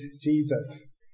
jesus